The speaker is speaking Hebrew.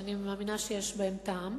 שאני מאמינה שיש בהם טעם,